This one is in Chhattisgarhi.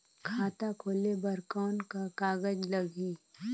खाता खोले बर कौन का कागज लगही?